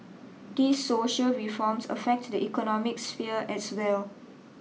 these social reforms affect the economic sphere as well